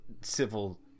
civil